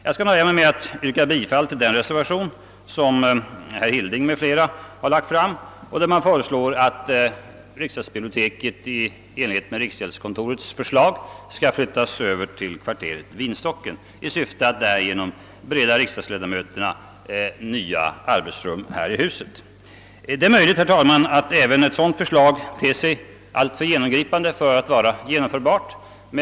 Jag skall nöja mig med att yrka bifall till reservation nr 1 av herr Hilding m.fl., i vilken föreslås att riks dagsbiblioteket i enlighet med riksgäldskontorets mening skall flyttas över till kvarteret Vinstocken i syfte att därmed bereda riksdagsledamöterna nya arbetsrum i detta hus. Det är möjligt, herr talman, att även ett sådant förslag ter sig alltför genomgripande för att vara gångbart.